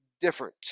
different